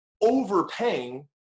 overpaying